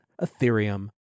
Ethereum